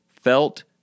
felt